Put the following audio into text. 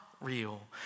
real